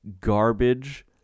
garbage